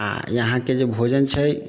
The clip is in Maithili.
आओर इहाँके जे भोजन छै